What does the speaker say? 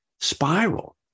spiral